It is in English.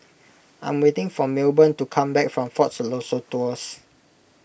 I'm waiting for Milburn to come back from fort Siloso Tours